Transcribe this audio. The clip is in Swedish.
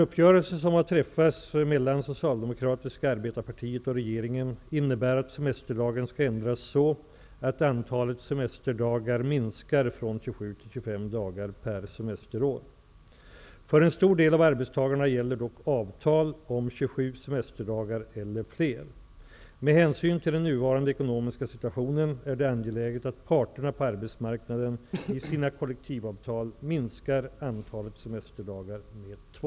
För en stor del av arbetstagarna gäller dock avtal om 27 semesterdagar eller fler. Med hänsyn till den nuvarande ekonomiska situationen är det angeläget att parterna på arbetsmarknaden i sina kollektivavtal minskar antalet semesterdagar med två.